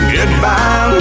Goodbye